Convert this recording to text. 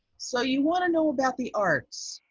so you want to know about the arts.